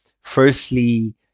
firstly